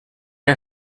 are